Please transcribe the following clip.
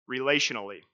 relationally